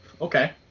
Okay